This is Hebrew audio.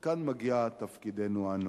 וכאן מגיע תפקידנו, אנו,